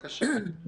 בבקשה.